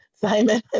Simon